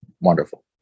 wonderful